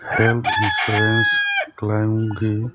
health insurance ꯀ꯭ꯂꯦꯝꯒꯤ